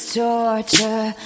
torture